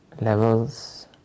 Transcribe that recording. levels